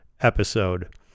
episode